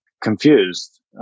confused